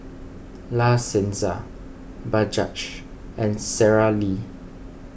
La Senza Bajaj and Sara Lee